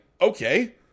Okay